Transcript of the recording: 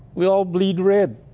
we all bleed red.